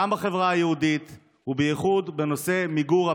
גם בחברה היהודית, ובייחוד בנושא מיגור הפשע,